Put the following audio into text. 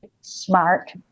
smart